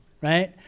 right